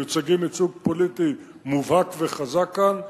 מיוצגים ייצוג פוליטי מובהק וחזק כאן,